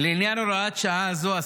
לעניין הוראת שעה זו,